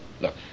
Look